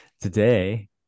today